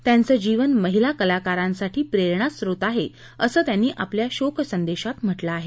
त्यांचं जीवन महिला कलाकारांसाठी प्रेरणास्रोत आहे असं त्यांनी आपल्या शोकसंदेशात म्हटलं आहे